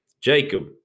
Jacob